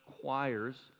choirs